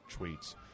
tweets